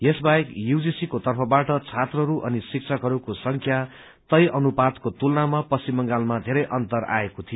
यसबाहेक यूजीसीको तर्फबाट छात्रहरू अनि शिक्षकहरूको संख्या तय अनुपातको तुलनामा पश्चिम बंगालमा धेरै अन्तर आएको थियो